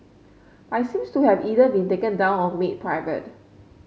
I seems to have either been taken down or made private